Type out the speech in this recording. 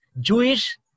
Jewish